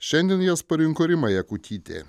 šiandien jas parinko rima jakutytė